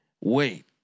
wait